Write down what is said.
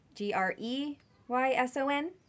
G-R-E-Y-S-O-N